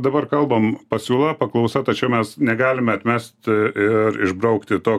dabar kalbam pasiūla paklausa tačiau mes negalime atmest ir išbraukti to kad